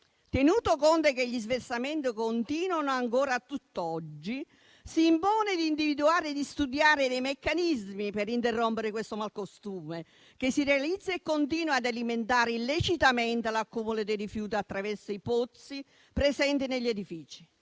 Tenuto conto che gli sversamenti continuano ancora a tutt'oggi, si impone di individuare e di studiare meccanismi per interrompere questo malcostume che si realizza e che continua ad alimentare illecitamente l'accumulo dei rifiuti attraverso i pozzi presenti negli edifici.